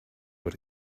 what